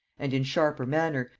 and in sharper manner,